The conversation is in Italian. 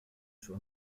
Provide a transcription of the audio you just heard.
suo